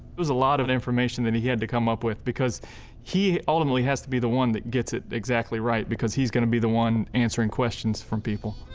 it was a lot of information that he had to come up with because he ultimately has to be the one that gets it exactly right because he's gonna be the one answering questions from people.